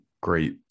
great